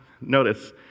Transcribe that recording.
Notice